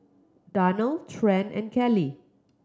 Darnell Trent and Kellie